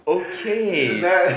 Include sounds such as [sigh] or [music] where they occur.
okay [noise]